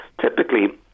typically